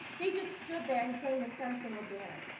they just stood there and sang the star-spangled banner.